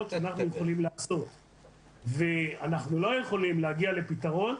שאנחנו יכולים לעשות ואנחנו לא יכולים להגיע לפתרון,